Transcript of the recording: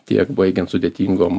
tiek baigiant sudėtingom